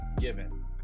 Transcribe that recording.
given